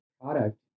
product